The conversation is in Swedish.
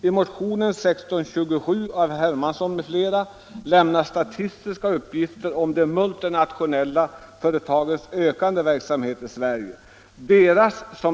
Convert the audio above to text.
I motionen 1627 av herr Hermansson m.fl. lämnas statistiska uppgifter om de multinationella företagens ökande verksamhet i Sverige.